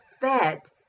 fat